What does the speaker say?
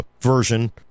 version